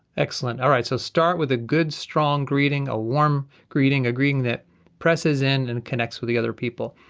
excellent, alright so start with a good, strong greeting, a warm greeting, a greeting that presses in, and connects with other people.